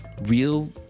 real